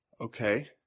Okay